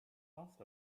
cost